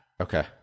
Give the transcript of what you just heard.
Okay